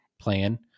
plan